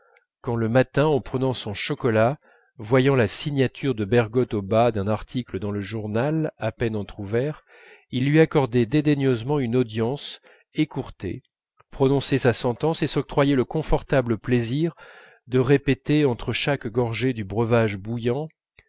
quand le matin en prenant son chocolat voyant la signature de bergotte au bas d'un article dans le journal à peine entr'ouvert il lui accordait